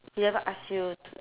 he never ask you to